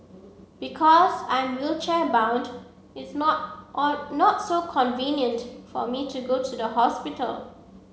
because I'm wheelchair bound it's not on not so convenient for me to go to the hospital